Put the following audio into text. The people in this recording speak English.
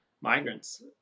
migrants